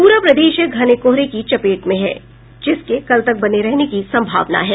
प्ररा प्रदेश घने कोहरे की चपेट में है जिसके कल तक बने रहने की संभावना है